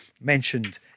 mentioned